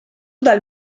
dal